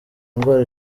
ndwara